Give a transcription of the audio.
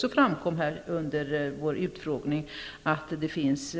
Det framkom under vår utfrågning att det också finns